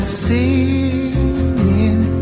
singing